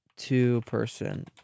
Two-person